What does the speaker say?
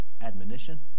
admonition